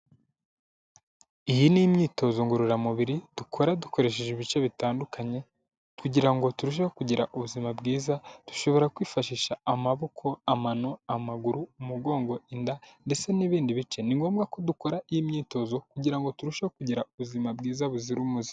Iyi ni imyitozo ngororamubiri dukora dukoresheje ibice bitandukanye, kugira ngo turusheho kugira ubuzima bwiza, dushobora kwifashisha amaboko, amano, amaguru, umugongo, inda ndetse n'ibindi bice, ni ngombwa ko dukora iyi myitozo kugira ngo turusheho kugira ubuzima bwiza buzira umuze.